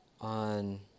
on